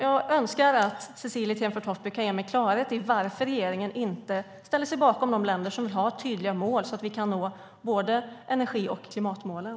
Jag hoppas att Cecilie Tenfjord-Toftby kan ge mig klarhet i varför regeringen inte ställer sig bakom de länder som vill ha tydliga mål så att vi kan nå både energi och klimatmålen.